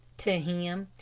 to him.